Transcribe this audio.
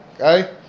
Okay